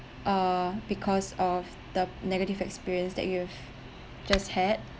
uh because of the negative experience that you've just had